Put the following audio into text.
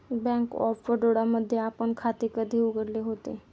Bank of Baroda मध्ये आपण खाते कधी उघडले होते?